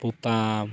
ᱯᱚᱛᱟᱢ